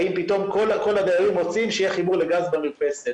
האם פתאום כל הדיירים רוצים שיהיה חיבור לגז במרפסת,